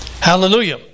Hallelujah